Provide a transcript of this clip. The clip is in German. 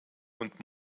und